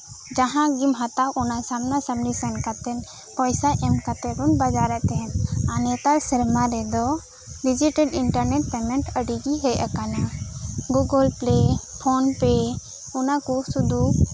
ᱡᱟᱦᱟᱸ ᱜᱮᱢ ᱦᱟᱛᱟᱣ ᱚᱱᱟ ᱥᱟᱢᱱᱟ ᱥᱟᱢᱱᱤ ᱥᱮᱱ ᱠᱟᱛᱮᱫ ᱯᱚᱭᱥᱟ ᱮᱢ ᱠᱟᱛᱮ ᱵᱚᱱ ᱵᱟᱡᱟᱨᱮᱫ ᱛᱟᱦᱮᱱ ᱟᱨ ᱱᱮᱛᱟᱨ ᱥᱮᱨᱢᱟ ᱨᱮᱫᱚ ᱰᱤᱡᱤᱴᱮᱞ ᱤᱱᱴᱟᱨ ᱱᱮᱴ ᱯᱮᱢᱮᱸᱴ ᱟᱹᱰᱤᱜᱮ ᱦᱮᱡ ᱟᱠᱟᱱᱟ ᱜᱩᱜᱳᱞ ᱯᱮ ᱯᱷᱳᱱ ᱯᱮ ᱚᱱᱟ ᱠᱚ ᱥᱩᱫᱩ